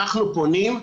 אנחנו פונים,